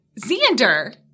Xander –